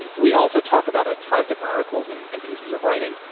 and we also talk about a ton of different articles and and pieces of writing,